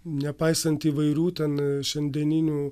nepaisant įvairių ten šiandieninių